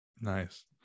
Nice